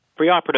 Preoperative